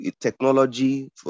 Technology